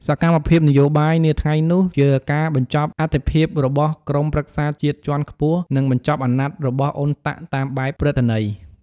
សកម្មភាពនយោបាយនាថ្ងៃនោះ ជាការបញ្ចប់អត្ថិភាពរបស់ក្រុមប្រឹក្សាជាតិជាន់ខ្ពស់ និងបញ្ចប់អាណត្តិរបស់អ៊ុនតាក់តាមបែបព្រឹត្តន័យ។